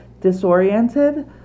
disoriented